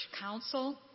council